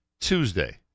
Tuesday